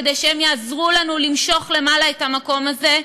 כדי שהם יעזרו לנו למשוך למעלה את המקום הזה,